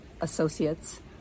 associates